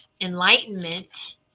Enlightenment